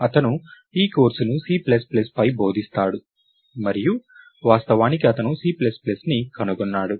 అతను ఈ కోర్సును C ప్లస్ ప్లస్పై బోధిస్తాడు మరియు వాస్తవానికి అతను C ప్లస్ ప్లస్ని కనుగొన్నాడు